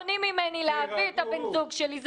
מונעים ממני להביא את בן הזוג שלי,